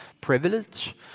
privilege